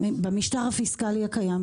במשטר הפיסקלי הקיים,